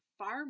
far